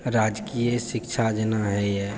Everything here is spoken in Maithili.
राजकीय शिक्षा जेना होइए